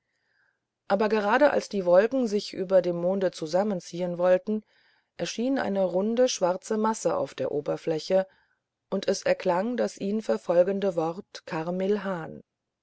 aber gerade als die wolken sich über dem monde zusammenziehen wollten erschien eine runde schwarze masse auf der oberfläche und es erklang das ihn verfolgende wort